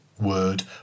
word